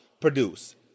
produce